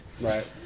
Right